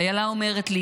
איילה אומרת לי: